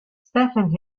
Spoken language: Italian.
stephen